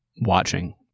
watching